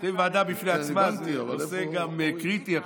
צריכים ועדה בעצמה, זה גם נושא קריטי עכשיו.